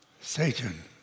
Satan